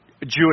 Jewish